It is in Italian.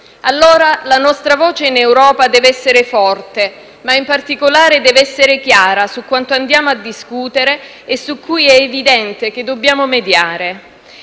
Allora, la nostra voce in Europa deve essere forte, ma in particolare deve essere chiara su quanto andiamo a discutere e su cui è evidente che dobbiamo mediare.